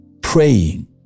praying